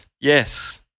Yes